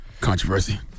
controversy